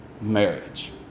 marriage